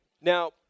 Now